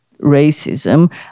racism